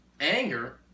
anger